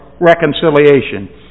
reconciliation